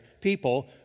people